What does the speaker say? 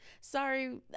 sorry